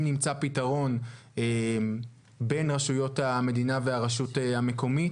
נמצא פתרון בין רשויות המדינה להרשות המקומית.